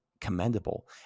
commendable